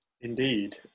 Indeed